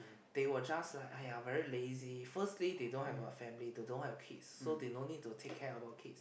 they will just like !aiya! very lazy firstly they don't have a family they don't have kids so they no need to take care about kids